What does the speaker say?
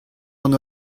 d’an